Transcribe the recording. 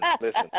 listen